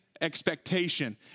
expectation